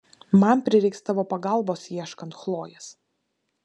man prireiks tavo pagalbos ieškant chlojės